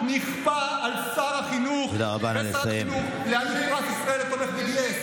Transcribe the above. נתניהו פיטר את גלנט.